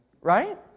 Right